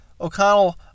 O'Connell